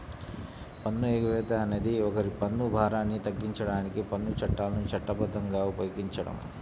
పన్ను ఎగవేత అనేది ఒకరి పన్ను భారాన్ని తగ్గించడానికి పన్ను చట్టాలను చట్టబద్ధంగా ఉపయోగించడం